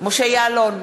משה יעלון,